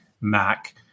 Mac